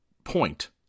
point